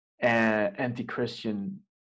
anti-christian